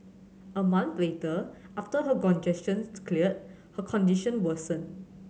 a month later after her congestion cleared her condition worsened